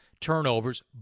turnovers